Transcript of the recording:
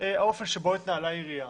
האופן שבו התנהלה העירייה.